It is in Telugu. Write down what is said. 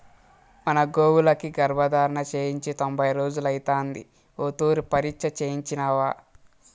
మన గోవులకి గర్భధారణ చేయించి తొంభై రోజులైతాంది ఓ తూరి పరీచ్ఛ చేయించినావా